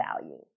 value